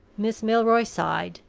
miss milroy sighed,